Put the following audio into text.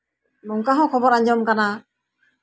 ᱱᱚᱝᱠᱟ ᱦᱚᱸ ᱠᱷᱚᱵᱚᱨ ᱟᱸᱡᱚᱢ ᱟᱠᱟᱱᱟ